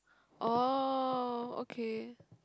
orh okay